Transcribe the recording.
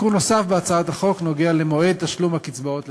תיקון נוסף בהצעת החוק נוגע למועד תשלום הקצבאות לשאירים.